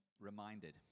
reminded